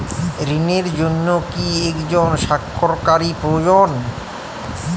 ঋণের জন্য কি একজন স্বাক্ষরকারী প্রয়োজন?